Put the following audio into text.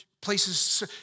places